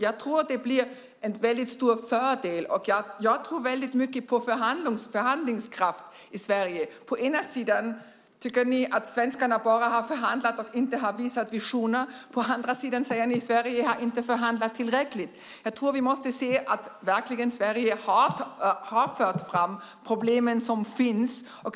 Jag tror att det blir en väldigt stor fördel, och jag tror väldigt mycket på förhandlingskraften i Sverige. Å ena sidan tycker ni att svenskarna bara har förhandlat och inte visat visioner, å andra sidan säger ni att Sverige inte har förhandlat tillräckligt. Jag tror att vi måste se att Sverige verkligen har fört fram problemen som finns.